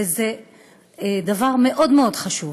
וזה דבר מאוד מאוד חשוב.